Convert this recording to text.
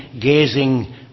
gazing